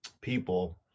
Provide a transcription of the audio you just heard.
people